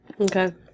Okay